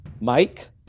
Mike